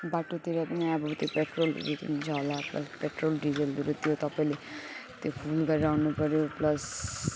बाटोतिर पनि अब त्यो पेट्रोलहरू किन्छ होला प्लस पेट्रोल डिजलहरू त्यो तपाईँले त्यो फुल गरेर आउनुपऱ्यो प्लस